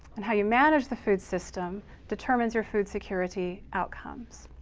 and how you manage the food system determines your food security outcomes.